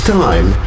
time